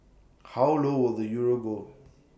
how low will the euro go